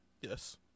Yes